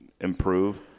improve